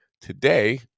today